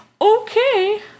okay